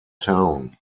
town